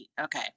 Okay